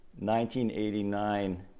1989